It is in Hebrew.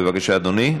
בבקשה, אדוני.